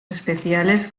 especiales